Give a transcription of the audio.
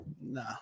No